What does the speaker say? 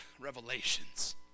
revelations